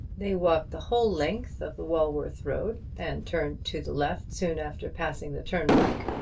they walked the whole length of the walworth road, and turned to the left soon after passing the turn-pike.